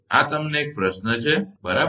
આ તમને એક પ્રશ્ન છે બરાબર